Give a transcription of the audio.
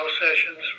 sessions